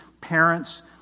parents